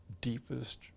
deepest